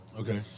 Okay